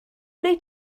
wnei